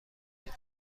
کنیم